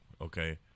okay